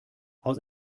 aus